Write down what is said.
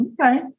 okay